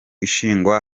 ishingwa